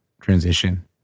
transition